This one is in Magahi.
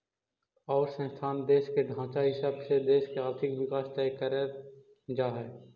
अउर संसाधन, देश के ढांचा इ सब से देश के आर्थिक विकास तय कर जा हइ